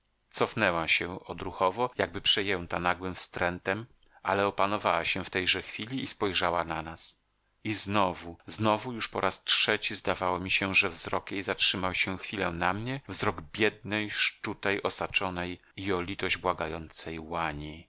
cofnęła się odruchowo jakby przejęta nagłym wstrętem ale opanowała się w tejże chwili i spojrzała na nas i znowu znowu już po raz trzeci zdawało mi się że wzrok jej zatrzymał się chwilę na mnie wzrok biednej szczutej osaczonej i o litość błagającej łani